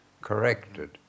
corrected